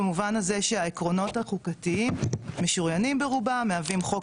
במובן הזה שהעקרונות החוקתיים משוריינים ברובם מהווים חוק